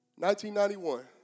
1991